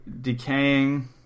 decaying